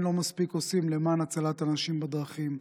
לא עושים מספיק למען הצלת אנשים בדרכים.